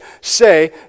say